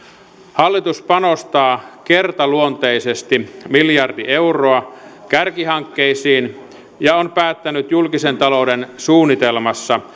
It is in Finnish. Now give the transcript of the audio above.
hallitus panostaa kertaluonteisesti miljardi euroa kärkihankkeisiin ja on päättänyt julkisen talouden suunnitelmassa